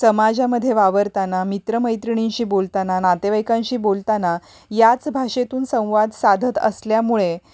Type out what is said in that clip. समाजामध्ये वावरताना मित्रमैत्रिणींशी बोलताना नातेवाईकांशी बोलताना याच भाषेतून संवाद साधत असल्यामुळे